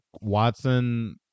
Watson